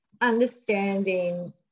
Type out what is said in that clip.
understanding